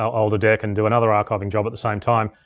older deck and do another archiving job at the same time.